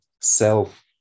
self